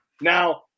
Now